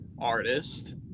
artist